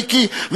מיקי,